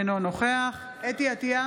אינו נוכח חוה אתי עטייה,